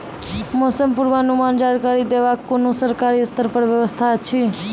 मौसम पूर्वानुमान जानकरी देवाक कुनू सरकारी स्तर पर व्यवस्था ऐछि?